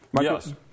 Yes